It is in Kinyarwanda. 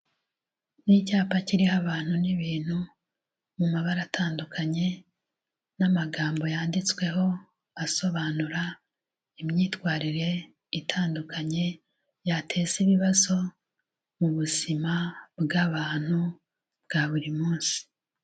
Ni icyapa kiriho abantu n'ibintumu mabara atandukanye n'amagambo yanditsweho asobanura imyitwarire itandukanye yateza ibibazo mu buzima bw'abantu bwa buri munsi.